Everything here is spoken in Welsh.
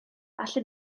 allwn